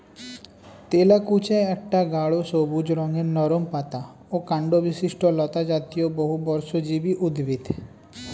তেলাকুচা একটা গাঢ় সবুজ রঙের নরম পাতা ও কাণ্ডবিশিষ্ট লতাজাতীয় বহুবর্ষজীবী উদ্ভিদ